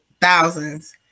Thousands